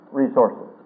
resources